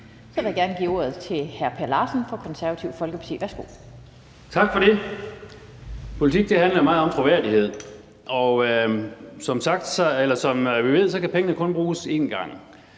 Så vil jeg gerne give ordet til hr. Per Larsen fra Det Konservative Folkeparti. Værsgo. Kl. 15:15 Per Larsen (KF): Tak for det. Politik handler meget om troværdighed, og som vi ved, kan pengene kun bruges en gang.